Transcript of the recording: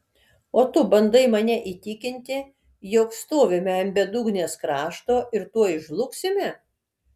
o tu bandai mane įtikinti jog stovime ant bedugnės krašto ir tuoj žlugsime